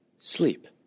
sleep